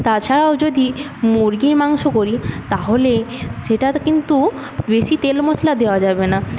তাছাড়াও যদি মুরগির মাংস করি তাহলে সেটা কিন্তু বেশী তেল মশলা দেওয়া যাবে না